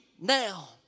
now